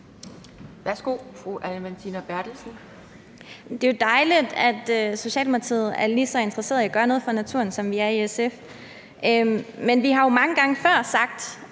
Anne Valentina Berthelsen (SF): Det er jo dejligt, at Socialdemokratiet er lige så interesseret i at gøre noget for naturen, som vi er i SF. Men vi har jo mange gange før sagt,